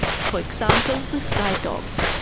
for example, with guide dogs.